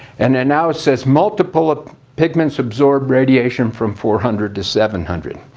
and then now it says multiple ah pigments absorb radiation from four hundred to seven hundred